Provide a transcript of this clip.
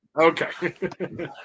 Okay